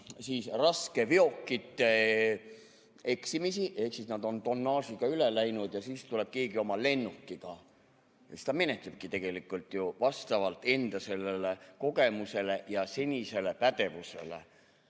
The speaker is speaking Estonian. raskeveokite eksimusi, kui nad on tonnaažiga üle läinud, ja siis tuleb keegi oma lennukiga? Siis ta menetlebki tegelikult ju vastavalt oma kogemusele ja senisele pädevusele.